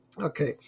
Okay